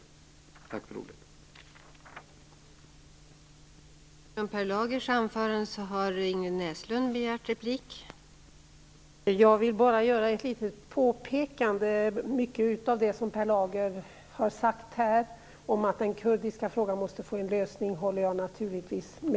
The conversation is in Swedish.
Tack för ordet!